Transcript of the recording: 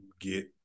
get